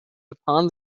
upon